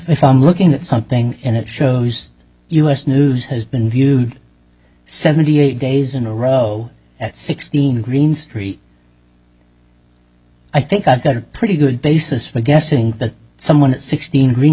if i'm looking at something and it shows us news has been viewed seventy eight days in a row at sixteen green street i think i've got a pretty good basis for guessing that someone at sixteen green